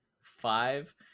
five